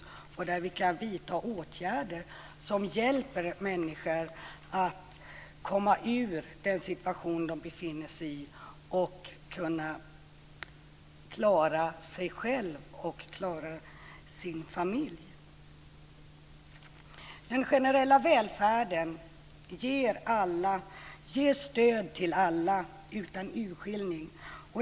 Det är här vi kan vidta åtgärder som hjälper människor att komma ur den situation de befinner sig i och klara sig själva och sin familj. Den generella välfärden ger stöd till alla utan urskiljning.